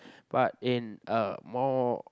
but in a more